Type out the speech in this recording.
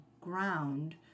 ground